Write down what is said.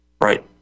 right